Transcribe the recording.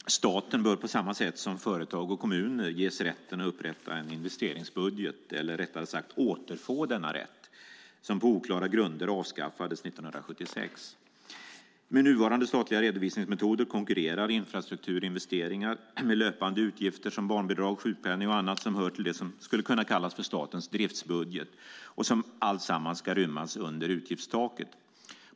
Fru talman! Staten bör på samma sätt som företag och kommuner ges rätten att upprätta en investeringsbudget, eller rättare sagt återfå denna rätt som på oklara grunder avskaffades 1976. Med nuvarande statliga redovisningsmetoder konkurrerar infrastrukturinvesteringar med löpande utgifter som barnbidrag, sjukpenning och annat som hör till det som skulle kunna kallas för statens driftsbudget och som alltsammans ska rymmas under utgiftstaket.